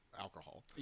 alcohol